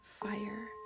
fire